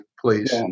please